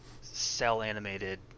cell-animated